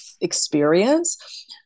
experience